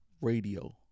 radio